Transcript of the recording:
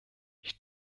ich